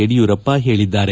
ಯಡಿಯೂರಪ್ಪ ಹೇಳಿದ್ದಾರೆ